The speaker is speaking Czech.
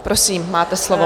Prosím, máte slovo.